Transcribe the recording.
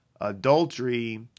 adultery